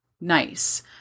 nice